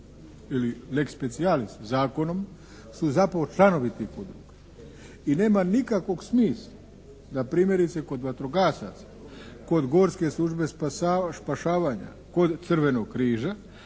ili lex specialis zakonom su zapravo članovi tih udruga i nema nikakvog smisla da primjerice kod vatrogasaca, kod gorske službe spašavanja, kod Crvenog križa